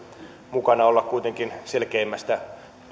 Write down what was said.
mukana olla kuitenkin selkeimmästä